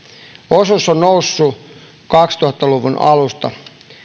osuus on noussut kaksituhatta luvun alusta